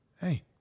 hey